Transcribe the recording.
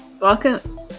Welcome